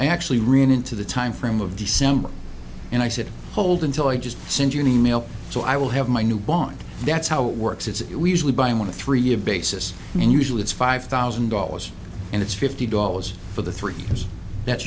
i actually ran into the timeframe of december and i said hold until i just send you an e mail so i will have my new bond that's how it works it's usually by one of three a basis and usually it's five thousand dollars and it's fifty dollars for the three years that's